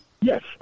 Yes